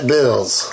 Bill's